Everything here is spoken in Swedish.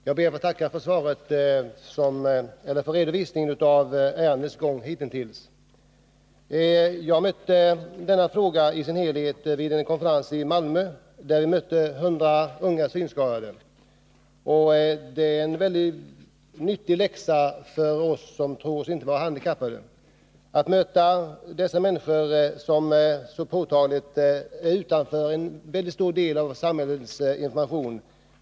Herr talman! Jag ber att få tacka för redovisningen i svaret av ärendets gång hittills. Jag kom i kontakt med den här frågan i dess helhet vid en konferens i Malmö, där jag mötte 100 unga synskadade. Det är mycket nyttigt för oss som inte anser oss vara handikappade att möta dessa människor, som så påtagligt står utanför en mycket stor del av vårt samhälles information.